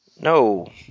No